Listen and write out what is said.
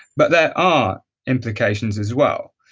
but that are implications as well.